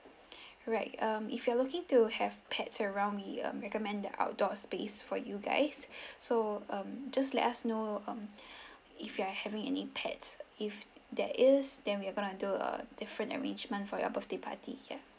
correct um if you're looking to have pets around we um recommend the outdoor space for you guys so um just let us know um if you're having any pets if there is then we're going to do a different arrangement for your birthday party ya